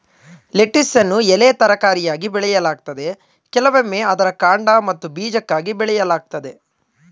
ಲೆಟಿಸನ್ನು ಎಲೆ ತರಕಾರಿಯಾಗಿ ಬೆಳೆಯಲಾಗ್ತದೆ ಕೆಲವೊಮ್ಮೆ ಅದರ ಕಾಂಡ ಮತ್ತು ಬೀಜಕ್ಕಾಗಿ ಬೆಳೆಯಲಾಗ್ತದೆ